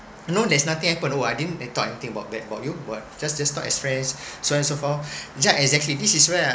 no there's nothing happened oh I didn't talk anything bad about you but just just talk as friends so on so forth yeah exactly this is where I